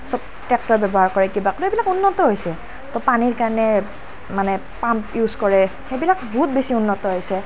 চব ট্ৰেক্টৰ ব্যৱহাৰ কৰে কিবা কৰে এইবিলাক উন্নত হৈছে তো পানীৰ কাৰণে মানে পাম্প ইউজ কৰে সেইবিলাক বহুত বেছি উন্নত হৈছে